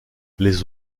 les